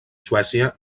suècia